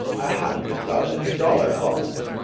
a hundred thousand dollar bond.